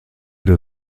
der